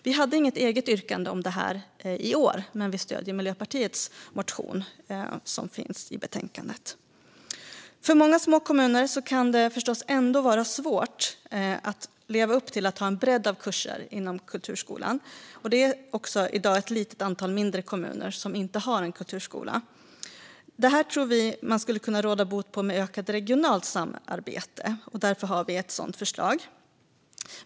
Vi hade inget eget yrkande om det i år men stöder Miljöpartiets motion i betänkandet. För många små kommuner kan det förstås ändå vara svårt att leva upp till att ha en bredd av kurser inom kulturskolan. Det finns i dag ett litet antal mindre kommuner som inte har någon kulturskola. Vi tror att man skulle kunna råda bot på det med ökat regionalt samarbete. Därför har vi ett sådant förslag.